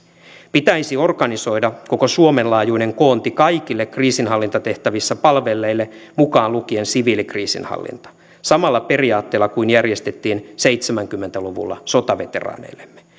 pitäisi organisoida koko suomen laajuinen koonti kaikille kriisinhallintatehtävissä palvelleille mukaan lukien siviilikriisinhallinta samalla periaatteella kuin järjestettiin seitsemänkymmentä luvulla sotaveteraaneillemme